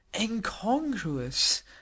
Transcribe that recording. incongruous